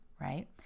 right